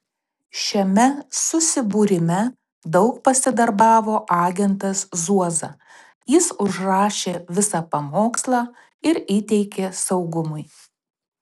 šiame susibūrime daug pasidarbavo agentas zuoza jis užrašė visą pamokslą ir įteikė saugumui